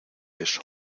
eso